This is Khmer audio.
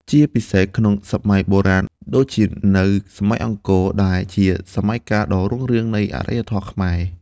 ជាពិសេសក្នុងសម័យបុរាណដូចជានៅ សម័យអង្គរ ដែលជាសម័យកាលដ៏រុងរឿងនៃអរិយធម៌ខ្មែរ។